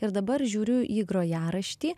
ir dabar žiūriu į grojaraštį